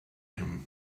him